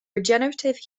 regenerative